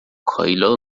کایلا